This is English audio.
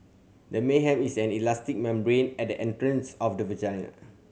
the men have is an elastic membrane at the entrance of the vagina